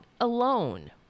alone